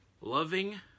Loving